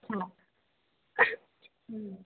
अ